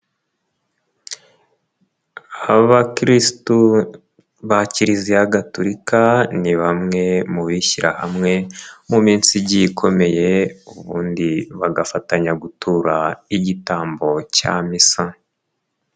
Abakiririsitu ba kiliziya Gatolika ni bamwe mu bishyirahamwe mu minsi igiye ikomeye ubundi bagafatanya gutura igitambo cya misa.